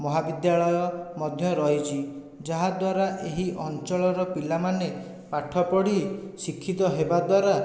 ମହାବିଦ୍ୟାଳୟ ମଧ୍ୟ ରହିଛି ଯାହାଦ୍ୱାରା ଏହି ଅଞ୍ଚଳର ପିଲାମାନେ ପାଠ ପଢ଼ି ଶିକ୍ଷିତ ହେବାଦ୍ଵାରା